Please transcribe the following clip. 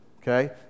Okay